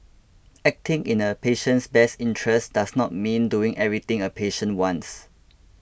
acting in a patient's best interests does not mean doing everything a patient wants